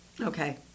Okay